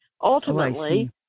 Ultimately